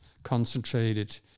concentrated